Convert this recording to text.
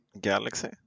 Galaxy